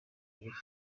ariko